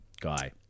guy